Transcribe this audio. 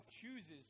chooses